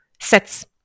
sets